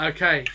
Okay